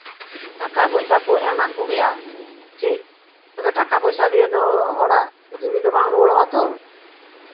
ᱴᱟᱠᱟ ᱯᱚᱭᱥᱟ ᱠᱚ ᱮᱢᱟᱫ ᱠᱚᱜᱮᱭᱟ ᱴᱷᱤᱠ ᱛᱚᱵᱮ ᱴᱟᱠᱟ ᱯᱚᱭᱥᱟ ᱫᱤᱭᱮ ᱫᱚ ᱦᱚᱲᱟᱜ ᱡᱤᱣᱤ ᱫᱚ ᱵᱟᱝ ᱨᱩᱣᱟᱹᱲᱚᱜᱼᱟ ᱛᱚ